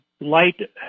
light